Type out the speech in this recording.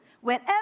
whenever